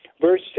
verse